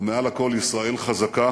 ומעל הכול, ישראל חזקה,